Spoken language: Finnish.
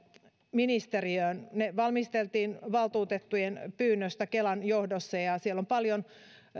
ministeriöön ne valmisteltiin valtuutettujen pyynnöstä kelan johdossa on paljon